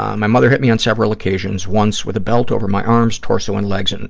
my mother hit me on several occasions, once with a belt over my arms, torso and legs, and